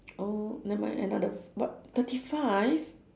oh never mind another but thirty five